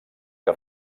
que